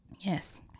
yes